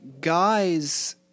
guys